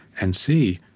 and see